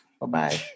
Bye-bye